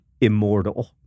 immortal